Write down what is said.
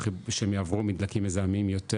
שהם יעברו מדלקים מזהמים יותר,